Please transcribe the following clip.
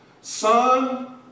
Son